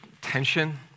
tension